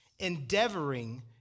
endeavoring